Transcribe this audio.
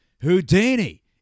Houdini